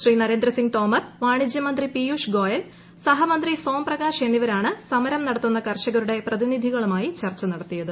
ശ്രീ നരേന്ദ്ര സിങ് തോമർ വാണിജ്യമന്ത്രി പിയൂഷ് ഗോയൽ സഹമന്ത്രി സോം പ്രകാശ് എന്നിവരാണ് സമരം നടത്തുന്ന കർഷകരുടെ പ്രതിനിധികളുമായി ചർച്ച നടത്തിയത്